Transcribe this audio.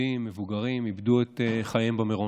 ילדים ומבוגרים איבדו את חייהם במירון.